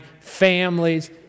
families